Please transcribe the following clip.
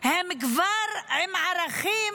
הם כבר עם ערכים